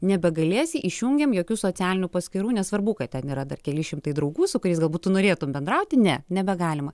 nebegalėsi išjungiam jokių socialinių paskyrų nesvarbu kad ten yra dar keli šimtai draugų su kuriais galbūt tu norėtum bendrauti ne nebegalima